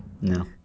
No